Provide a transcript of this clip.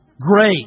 Great